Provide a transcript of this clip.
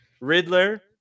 Riddler